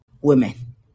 women